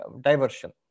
diversion